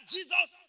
Jesus